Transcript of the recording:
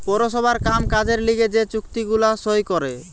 পৌরসভার কাম কাজের লিগে যে চুক্তি গুলা সই করে